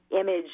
image